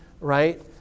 right